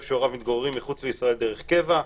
שהוריו מתגוררים מחוץ לישראל דרך קבע,